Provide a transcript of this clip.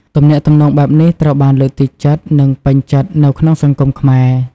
ទំនាក់ទំនងបែបនេះត្រូវបានលើកទឹកចិត្ត និងពេញចិត្តនៅក្នុងសង្គមខ្មែរ។